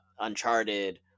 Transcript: Uncharted